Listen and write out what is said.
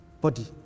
body